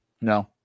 No